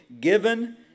given